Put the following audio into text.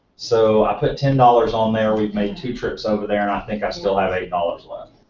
so, i put ten dollars on there. we've made two trips over there and i think i still have eight dollars left.